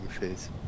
face